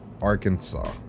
Arkansas